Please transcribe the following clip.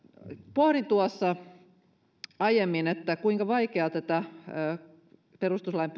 pohdin tuossa aiemmin kuinka vaikeaa tätä perustuslain